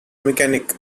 mechanic